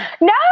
No